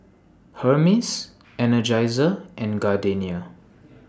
Hermes Energizer and Gardenia